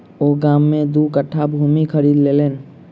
ओ गाम में दू कट्ठा भूमि खरीद लेलैन